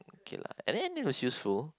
kay lah and then it was useful